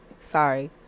sorry